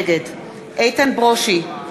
נגד איתן ברושי,